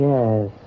Yes